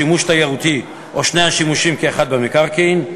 שימוש תיירותי או שני השימושים כאחד במקרקעין,